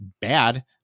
bad